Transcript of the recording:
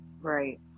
Right